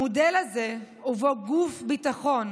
המודל הזה שבו גוף ביטחון